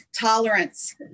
tolerance